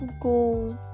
goals